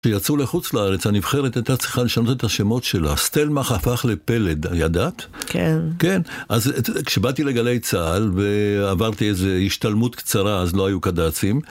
כשיצאו לחוץ לארץ הנבחרת הייתה צריכה לשנות את השמות שלה, סטלמך הפך לפלד, ידעת? כן. כן, אז כשבאתי לגלי צהל ועברתי איזה השתלמות קצרה אז לא היו קד"צים.